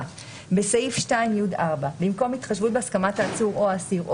בסעיף 2(י)(4) במקום "התחשבות בהסכמת העצור או האסיר או